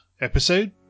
episode